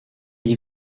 gli